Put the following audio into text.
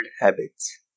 habits